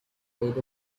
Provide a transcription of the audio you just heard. with